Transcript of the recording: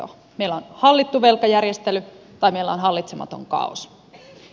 meillä on hallittu velkajärjestely tai meillä on hallitsematon kaaos